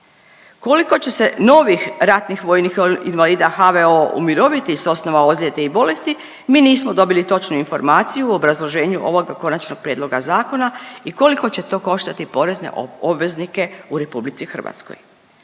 Koliko će se novih ratnih vojnih invalida HVO-a umiroviti s osnova ozljede i bolesti mi nismo dobili točnu informaciju u obrazloženju ovog Konačnog prijedloga zakona i koliko će to koštati porezne obveznike u RH. Sigurno